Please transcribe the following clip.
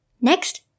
Next